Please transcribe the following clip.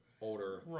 older